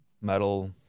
metal